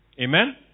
Amen